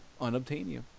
Unobtainium